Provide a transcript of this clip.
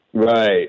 Right